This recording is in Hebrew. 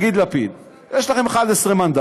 לפיד: יש לכם 11 מנדטים,